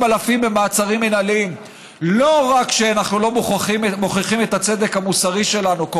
אלפים במעצרים מינהליים לא רק שאנחנו לא מוכיחים את הצדק המוסרי שלנו,